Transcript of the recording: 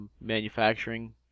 manufacturing